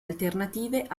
alternative